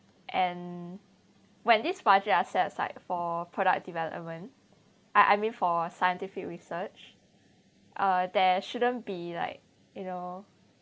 and when this budget are set aside for product development I I mean for scientific research uh there shouldn't be like you know